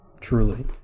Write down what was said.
Truly